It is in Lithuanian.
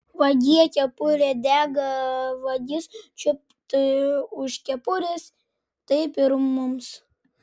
vagie kepurė dega vagis čiupt už kepurės taip ir mums